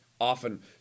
often